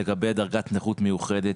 לגבי דרגת נכות מיוחדת,